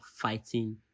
fighting